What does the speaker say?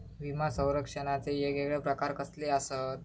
विमा सौरक्षणाचे येगयेगळे प्रकार कसले आसत?